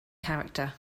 character